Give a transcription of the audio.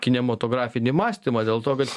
kinematografinį mąstymą dėl to kad